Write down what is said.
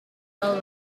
pearl